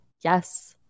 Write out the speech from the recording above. Yes